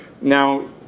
Now